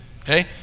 Okay